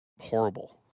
Horrible